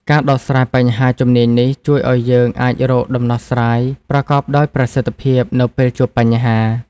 ការដោះស្រាយបញ្ហាជំនាញនេះជួយឲ្យយើងអាចរកដំណោះស្រាយប្រកបដោយប្រសិទ្ធភាពនៅពេលជួបបញ្ហា។